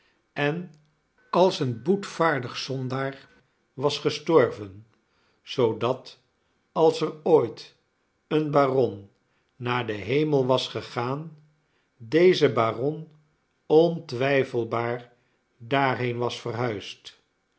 en als een boetvaardig zondaar was gestorven zoodat als er ooit een baron naar den hemel was gegaan deze baron ontwijfelbaar daarheen was verhuisd